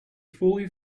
fully